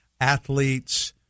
athletes